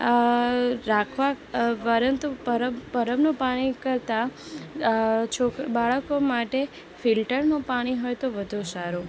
રાખવા પરંતુ પરબનું પાણી કરતાં છોક બાળકો માટે ફિલ્ટરનું પાણી હોય તો વધુ સારું